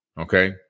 okay